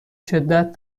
شدت